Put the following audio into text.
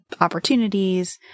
opportunities